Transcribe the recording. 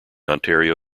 ontario